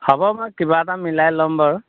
হ'ব বাৰু কিবা এটা মিলাই ল'ম বাৰু